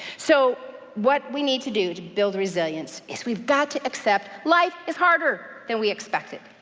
so what we need to do to build resilience is we've got to accept life is harder than we expected.